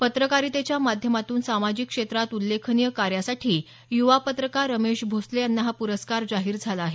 पत्रकारितेच्या माध्यमातून सामाजिक क्षेत्रात उल्लेखनीय कार्यासाठी युवा पत्रकार रमेश भोसले यांना हा पुरस्कार जाहीर झाला आहे